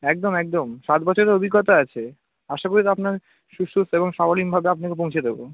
একদম একদম সাত বছরের অভিজ্ঞতা আছে আশা করি তো আপনার সুস্থ এবং সাবলীনভাবে আপনাকে পৌঁছে দেবো